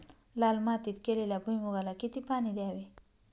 लाल मातीत केलेल्या भुईमूगाला किती पाणी द्यावे?